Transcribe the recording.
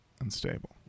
unstable